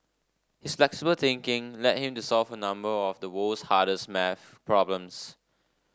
his flexible thinking led him to solve a number of the world's hardest maths problems